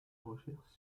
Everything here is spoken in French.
recherches